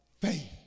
faith